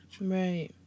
Right